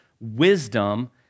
wisdom